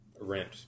rent